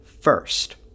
first